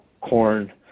corn